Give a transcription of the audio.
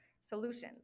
solutions